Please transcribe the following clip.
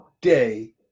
day